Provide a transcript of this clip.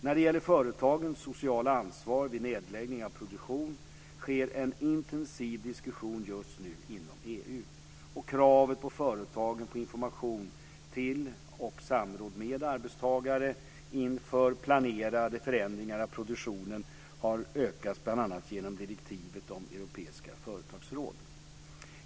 När det gäller företagens sociala ansvar vid nedläggning av produktion sker en intensiv diskussion just nu inom EU. Kravet på företagen på information till och samråd med arbetstagare inför planerade förändringar av produktionen har ökats bl.a. genom direktivet om europeiska företagsråd.